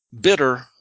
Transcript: Bitter